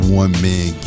one-man